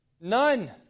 none